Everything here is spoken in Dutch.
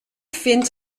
vind